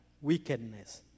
wickedness